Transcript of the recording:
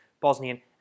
Bosnian